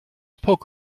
poke